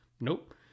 Nope